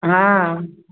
हँ